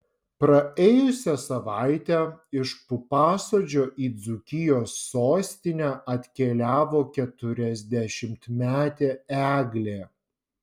praėjusią savaitę iš pupasodžio į dzūkijos sostinę atkeliavo keturiasdešimtmetė eglė